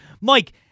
Mike